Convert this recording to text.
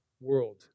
world